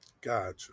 Gotcha